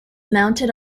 mounted